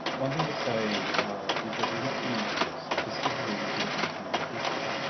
one thing to say is that we'll not be specifically looking at family history.